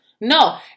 No